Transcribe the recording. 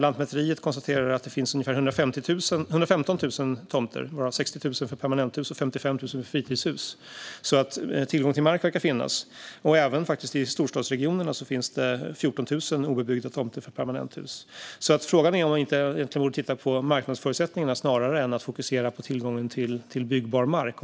Lantmäteriet konstaterar att det finns ungefär 115 000 tomter, varav 60 000 gäller permanenthus och 55 000 gäller fritidshus. Tillgången till mark verkar därför finnas. Även i storstadsregionerna finns 14 000 obebyggda tomter för permanenthus. Frågan är om man inte snarare borde titta på marknadsförutsättningarna än att fokusera på tillgången till byggbar mark.